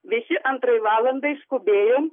visi antrai valandai skubėjom